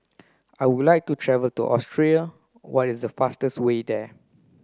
I would like to travel to Austria what is the fastest way there